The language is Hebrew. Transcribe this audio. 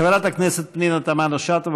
חברת הכנסת פנינה תמנו-שטה,